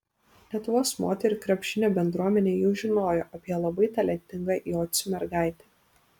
lietuvos moterų krepšinio bendruomenė jau žinojo apie labai talentingą jocių mergaitę